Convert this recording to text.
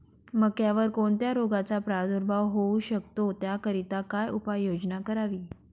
मक्यावर कोणत्या रोगाचा प्रादुर्भाव होऊ शकतो? त्याकरिता काय उपाययोजना करावी?